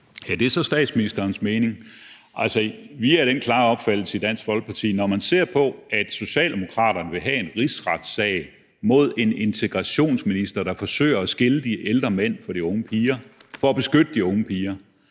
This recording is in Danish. Ja, det er så statsministerens mening. Vi er af den klare opfattelse i Dansk Folkeparti, at når man ser på, at Socialdemokraterne vil have en rigsretssag mod en integrationsminister, der forsøger at skille de ældre mænd fra de unge piger for at beskytte de unge piger,